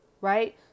right